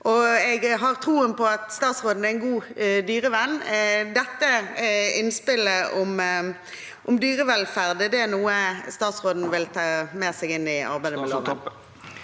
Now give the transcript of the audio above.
Jeg har tro på at statsråden er en god dyrevenn. Er dette innspillet om dyrevelferd noe statsråden vil ta med seg inn i arbeidet med loven?